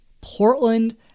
Portland